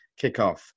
kickoff